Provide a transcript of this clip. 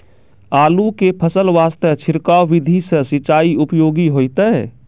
आलू के फसल वास्ते छिड़काव विधि से सिंचाई उपयोगी होइतै?